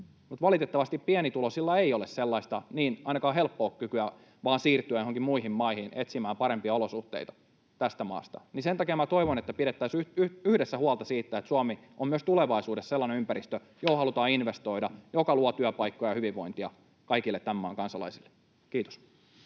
Mutta valitettavasti pienituloisilla ei ole sellaista ainakaan helppoa kykyä vain siirtyä tästä maasta joihinkin muihin maihin etsimään parempia olosuhteita. Sen takia minä toivon, että pidettäisiin yhdessä huolta siitä, että Suomi on myös tulevaisuudessa sellainen ympäristö, johon halutaan investoida ja joka luo työpaikkoja ja hyvinvointia kaikille tämän maan kansalaisille. — Kiitos.